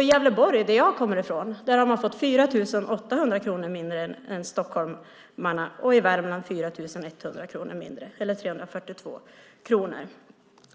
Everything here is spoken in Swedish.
I Gävleborg, som jag kommer från, har man fått 4 800 kronor mindre än stockholmarna. I Värmland är det 4 100 kronor mindre, eller 342 kronor